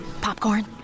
Popcorn